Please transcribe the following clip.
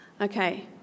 Okay